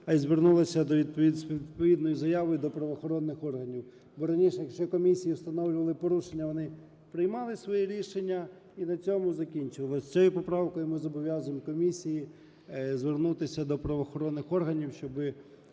а й звернулася з відповідною заявою до правоохоронних органів. Бо раніше, якщо комісії встановлювали порушення, вони приймали своє рішення, і на цьому закінчувалось. Цією поправкою ми зобов'язуємо комісії звернутися до правоохоронних органів,